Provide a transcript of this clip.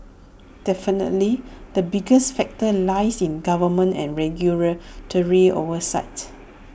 definitely the biggest factor lies in government and regulatory oversight